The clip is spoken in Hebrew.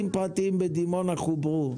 באופקים חוברו?